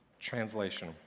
Translation